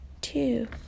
Two